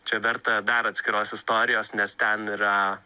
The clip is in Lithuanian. čia verta dar atskiros istorijos nes ten yra